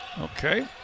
Okay